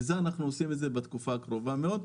את זה אנחנו עושים בתקופה הקרובה מאוד.